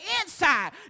inside